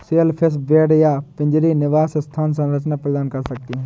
shellfish bed या पिंजरे निवास स्थान संरचना प्रदान कर सकते हैं